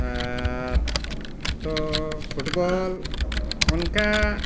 ᱟᱨ ᱛᱚ ᱯᱷᱩᱴᱵᱚᱞ ᱚᱱᱠᱟ